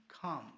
come